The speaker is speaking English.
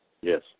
Yes